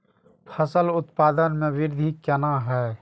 फसल उत्पादन में वृद्धि केना हैं?